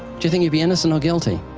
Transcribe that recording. do you think you'd be innocent or guilty?